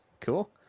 cool